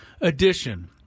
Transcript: edition